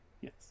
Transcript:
Yes